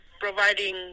providing